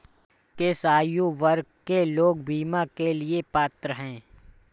किस आयु वर्ग के लोग बीमा के लिए पात्र हैं?